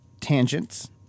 Tangents